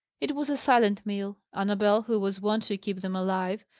it was a silent meal. annabel, who was wont to keep them alive,